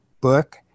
book